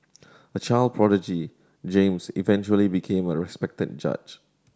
a child prodigy James eventually became a respected judge